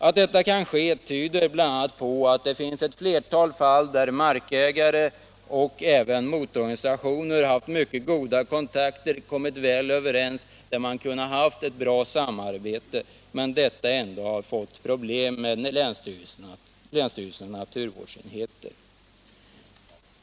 Att detta kan ske tycks bl.a. visas av att markägare och motororganisationer i ett flertal fall haft mycket goda kontakter, kommit väl överens och kunnat samarbeta men ändå fått problem med länsstyrelsernas naturvårdsenheter.